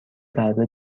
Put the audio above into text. ضرب